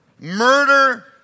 Murder